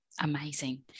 amazing